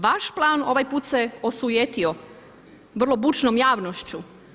Vaš plan ovog puta se osujetio, vrlo bučnom javnošću.